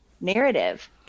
narrative